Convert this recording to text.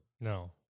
No